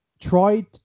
tried